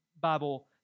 Bible